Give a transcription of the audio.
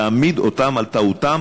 להעמיד אותם על טעותם.